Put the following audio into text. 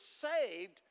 saved